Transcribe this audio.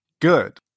good